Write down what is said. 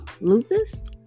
lupus